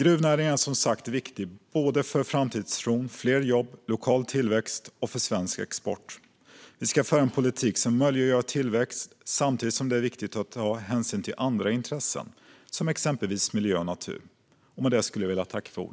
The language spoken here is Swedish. Gruvnäringen är som sagt viktig för framtidstron, fler jobb, lokal tillväxt och svensk export. Vi ska föra en politik som möjliggör tillväxt samtidigt som det är viktigt att ta hänsyn till andra intressen, som exempelvis miljö och natur.